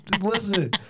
Listen